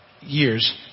years